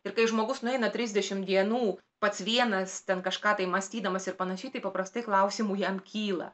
ir kai žmogus nueina trisdešimt dienų pats vienas ten kažką tai mąstydamas ir panašiai tai paprastai klausimų jam kyla